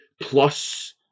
plus